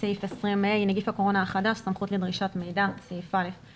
שעה נגיף הקורונה החדש סמכות לדרישת מידע בתקופת